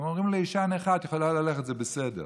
הם אומרים לאישה נכה: את יכולה ללכת, זה בסדר,